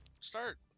start